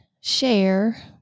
share